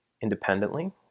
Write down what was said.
independently